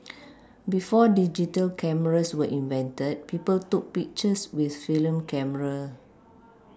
before digital cameras were invented people took pictures with film camera